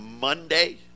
Monday